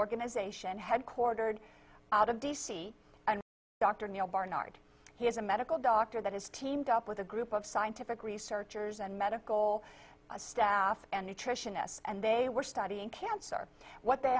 organization headquartered out of d c and dr neal barnard he is a medical doctor that is teamed up with a group of scientific researchers and medical staff and nutritionists and they were studying cancer what they